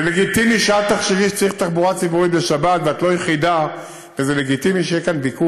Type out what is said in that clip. אבל זה לא נכון.